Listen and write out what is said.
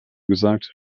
gesagt